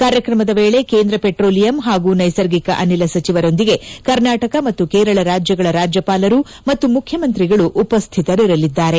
ಕಾರ್ಯಕ್ರಮದ ವೇಳೆ ಕೇಂದ ಪೆಟ್ರೋಲಿಯಂ ಮತ್ತು ನೈಸರ್ಗಿಕ ಅನಿಲ ಸಚಿವರೊಂದಿಗೆ ಕರ್ನಾಟಕ ಮತ್ತು ಕೇರಳ ರಾಜ್ಯಗಳ ರಾಜ್ಯಪಾಲರು ಮತ್ತು ಮುಖ್ಯಮಂತ್ರಿಗಳು ಉಪಸ್ಥಿತರಿರಲಿದ್ದಾರೆ